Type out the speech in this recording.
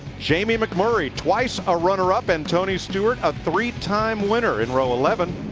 jamie mcmurray, twice a runner-up. and tony stewart, a three-time winner in row eleven.